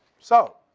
so,